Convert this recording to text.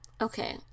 Okay